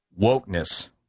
wokeness